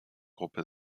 gruppe